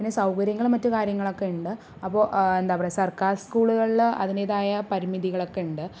പിന്നെ സൗകര്യങ്ങൾ മറ്റ് കാര്യങ്ങളൊക്കെ ഉണ്ട് അപ്പോൾ എന്താ പറയുക സർക്കാർ സ്കൂളുകളിൽ അതിൻറ്റേതായ പരിമിതികളൊക്കെ ഉണ്ട്